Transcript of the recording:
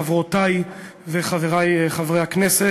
חברותי וחברי חברי הכנסת,